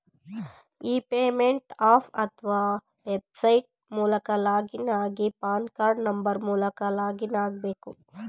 E payment app ಅತ್ವ website ಮೂಲಕ login ಆಗಿ ಪಾನ್ ಕಾರ್ಡ್ ನಂಬರ್ ಮೂಲಕ ಲಾಗಿನ್ ಆಗ್ಬೇಕು